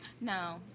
No